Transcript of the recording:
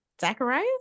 zachariah